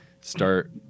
start